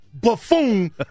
buffoon